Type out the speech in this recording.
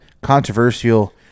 controversial